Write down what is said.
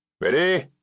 Ready